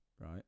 Right